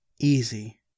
Easy